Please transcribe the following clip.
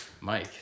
Mike